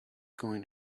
going